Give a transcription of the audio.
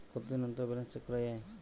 কতদিন অন্তর balance check করা য়ায়?